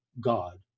God